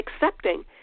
accepting